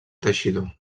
teixidor